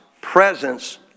presence